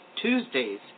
Tuesdays